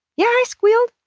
yeah, i squealed!